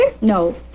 No